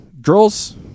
girls